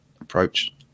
approach